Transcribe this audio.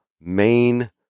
main